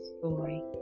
story